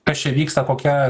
kas čia vyksta kokia